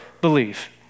believe